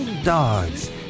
dogs